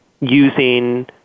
using